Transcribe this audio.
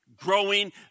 growing